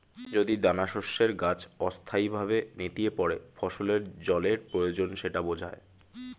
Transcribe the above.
যদি দানাশস্যের গাছ অস্থায়ীভাবে নেতিয়ে পড়ে ফসলের জলের প্রয়োজন সেটা বোঝায়